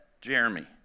Jeremy